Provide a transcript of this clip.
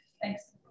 Thanks